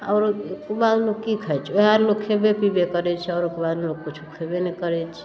आओर बाद लोक की खाइ छै ओहे लोक खयबे पिबे करैत छै आओर ओकर बाद लोक किछु खेबे नहि करैत छै